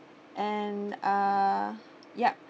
and uh yup